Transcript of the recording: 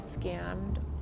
scammed